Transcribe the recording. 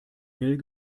mail